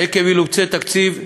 עקב אילוצי תקציב,